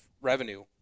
revenue